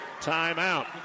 timeout